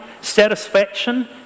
satisfaction